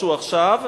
שהוא עכשיו,